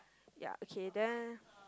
ya okay then